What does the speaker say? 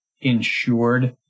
insured